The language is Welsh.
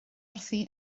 wrthi